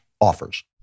offers